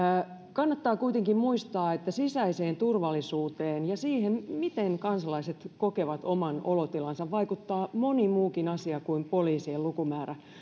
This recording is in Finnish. kannattaa kuitenkin muistaa että sisäiseen turvallisuuteen ja siihen miten kansalaiset kokevat oman olotilansa vaikuttaa moni muukin asia kuin poliisien lukumäärä